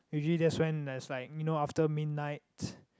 usually that's when there's like you know after midnight